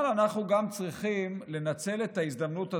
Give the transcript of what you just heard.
אבל אנחנו גם צריכים לנצל את ההזדמנות הזאת,